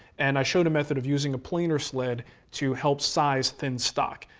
and i showed a method of using a planer sled to help size thin stock.